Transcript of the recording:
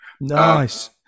Nice